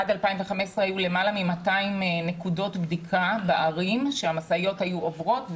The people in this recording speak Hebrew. עד 2015 היו למעלה מ-200 נקודות בדיקה בערים והמשאיות היו עוברות,